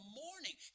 morning